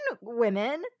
women –